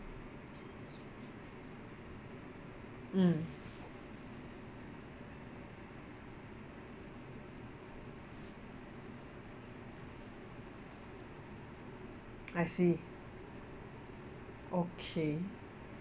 mm I see okay